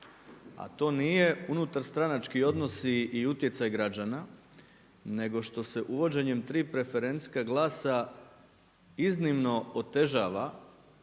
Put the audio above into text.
a to nije unutar stranački odnosi i utjecaj građana nego što se uvođenjem tri preferencijska glasa iznimno otežava